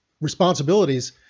responsibilities